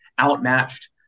outmatched